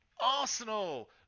Arsenal